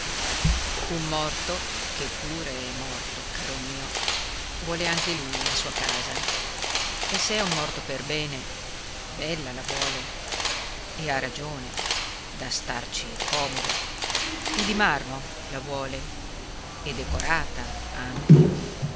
un morto che pure è morto caro mio vuole anche lui la sua casa e se è un morto per bene bella la vuole e ha ragione da starci comodo e di marmo la vuole e decorata anche